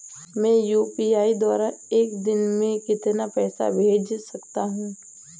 मैं यू.पी.आई द्वारा एक दिन में कितना पैसा भेज सकता हूँ?